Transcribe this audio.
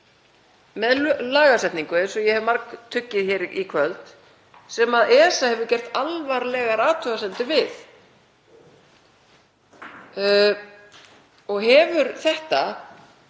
með lagasetningu, eins og ég hef margtuggið hér í kvöld, sem ESA hefur gert alvarlegar athugasemdir við. Hefur þetta